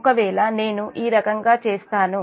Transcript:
ఒకవేళ నేను ఈ రకంగా చేస్తాను